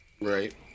Right